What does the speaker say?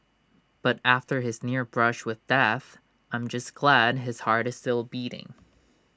but after his near brush with death I'm just glad his heart is still beating